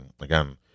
again